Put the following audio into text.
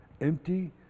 Empty